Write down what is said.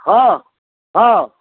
हाँ हाँ